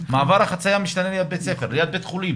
ספר, גם ליד בתי חולים.